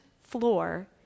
floor